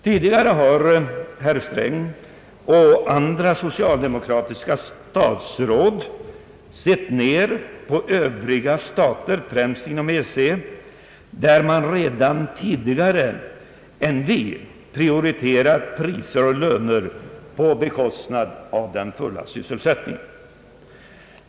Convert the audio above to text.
Ti digare har herr Sträng och andra socialdemokratiska statsråd sett ned på övriga stater — främst inom EEC — där man redan tidigare än vi har prioriterat priser och löner på bekostnad av den fulla sysselsättningen.